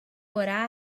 what